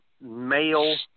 male